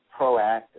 proactive